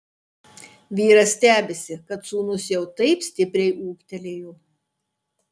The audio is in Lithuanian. vyras stebisi kad sūnus jau taip stipriai ūgtelėjo